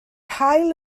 haul